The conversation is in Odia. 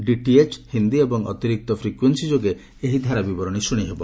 ଡିଟିଏଚ୍ ହିନ୍ଦୀ ଓ ଅତିରିକ୍ତ ଫ୍ରିକ୍ୟୁଏନ୍ସୀ ଯୋଗେ ଏହି ଧାରା ବିବରଣୀ ଶୁଣିହେବ